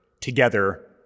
together